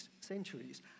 centuries